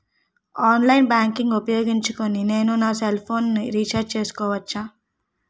Online banking ఊపోయోగించి నేను నా సెల్ ఫోను ని రీఛార్జ్ చేసుకోవచ్చా?